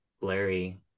Larry